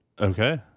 Okay